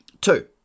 Two